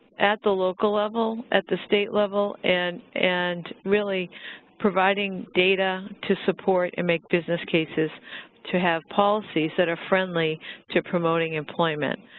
at the local level, at the state level, and and really providing data to support and make business cases to have policies that are friendly to promoting employment.